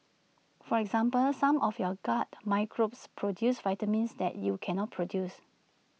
for example some of your gut microbes produce vitamins that you cannot produce